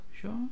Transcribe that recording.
sure